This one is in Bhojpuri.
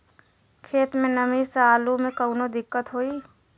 खेत मे नमी स आलू मे कऊनो दिक्कत होई?